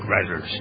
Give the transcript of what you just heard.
writers